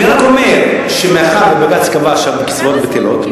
אני רק אומר שמאחר שבג"ץ קבע שהקצבאות בטלות,